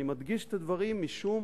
אני מדגיש את הדברים, משום